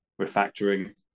refactoring